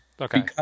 Okay